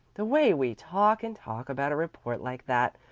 the way we talk and talk about a report like that,